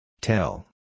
Tell